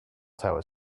tower